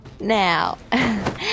Now